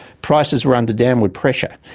prices were under downward pressure.